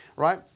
right